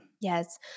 Yes